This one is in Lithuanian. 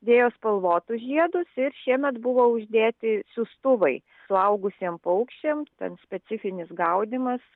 dėjo spalvotus žiedus ir šiemet buvo uždėti siųstuvai suaugusiem paukščiam ten specifinis gaudymas